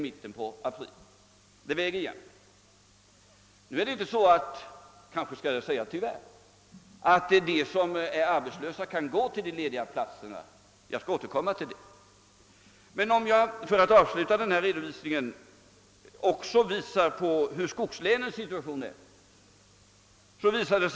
Men det är tyvärr inte så att de som är arbetslösa kan gå till de lediga platserna; jag skall återkomma till det. Jag skall avsluta redovisningen med att klargöra situationen i skogslänen.